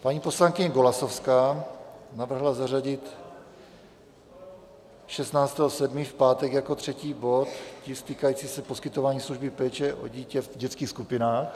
Paní poslankyně Golasowská navrhla zařadit 16. 7. v pátek jako třetí bod tisk týkající se poskytování služby péče o dítě v dětských skupinách.